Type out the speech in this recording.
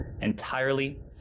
entirely